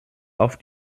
auf